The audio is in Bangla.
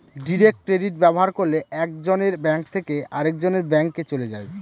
ডিরেক্ট ক্রেডিট ব্যবহার করলে এক জনের ব্যাঙ্ক থেকে আরেকজনের ব্যাঙ্কে চলে যায়